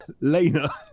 Lena